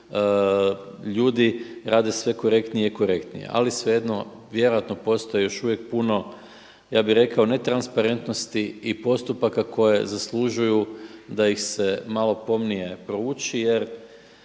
ljudi rade sve korektnije i korektnije. Ali svejedno, vjerojatno postoji još uvijek puno ja bih rekao netransparentnosti i postupaka koji zaslužuju da ih se malo pomnije prouči. Jer